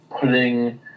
putting